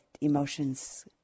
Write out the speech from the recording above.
emotions